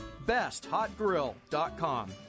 BestHotGrill.com